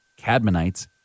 Cadmonites